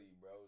bro